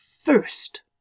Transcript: first